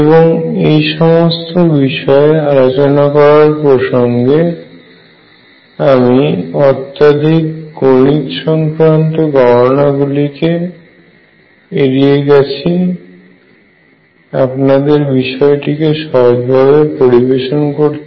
এবং এই সমস্ত বিষয়ে আলোচনা করার প্রসঙ্গে আমি অত্যাধিক গণিত সংক্রান্ত গণনা গুলিকে এড়িয়ে গেছি আপনাদের বিষয়টিকে সহজভাবে পরিবেশন করতে